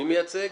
מי מייצג?